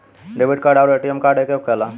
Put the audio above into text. Debit card आउर ATM card एके होखेला?